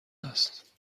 است